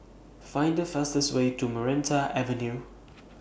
Find The fastest Way to Maranta Avenue